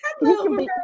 hello